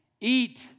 eat